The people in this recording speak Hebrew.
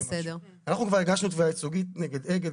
אנחנו כבר הגשנו תביעה ייצוגית נגד אגד,